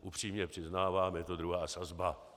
Upřímně přiznávám, je to druhá sazba.